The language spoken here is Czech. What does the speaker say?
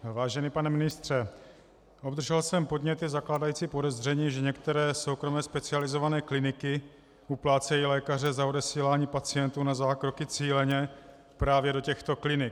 Vážený pane ministře, obdržel jsem podněty zakládající podezření, že některé soukromé specializované kliniky uplácejí lékaře za odesílání pacientů na zákroky cíleně právě do těchto klinik.